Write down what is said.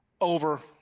Over